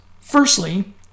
firstly